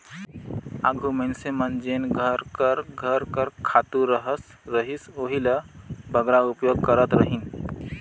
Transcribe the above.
आघु मइनसे मन जेन घर कर घर कर खातू रहत रहिस ओही ल बगरा उपयोग करत रहिन